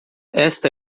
esta